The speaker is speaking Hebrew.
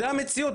זו המציאות,